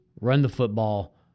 run-the-football